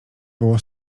było